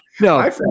no